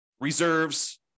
reserves